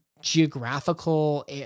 geographical